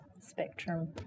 spectrum